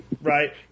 right